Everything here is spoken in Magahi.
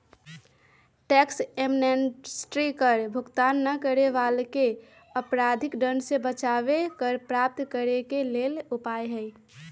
टैक्स एमनेस्टी कर भुगतान न करे वलाके अपराधिक दंड से बचाबे कर प्राप्त करेके लेल उपाय हइ